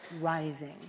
rising